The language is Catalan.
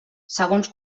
segons